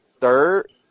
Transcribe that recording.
third